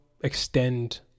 extend